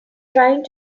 trying